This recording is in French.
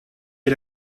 est